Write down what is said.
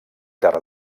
terra